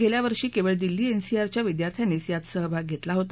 गेल्या वर्षी केवळ दिल्ली एनसीआरच्या विद्यार्थ्यांनीच यात सहभाग घेतला होता